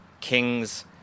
kings